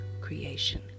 creation